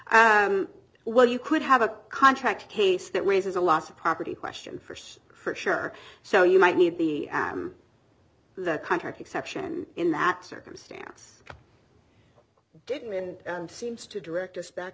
property well you could have a contract case that raises a lot of property question first for sure so you might need the m the contract exception in that circumstance didn't and seems to direct us back